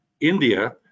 India